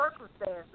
circumstances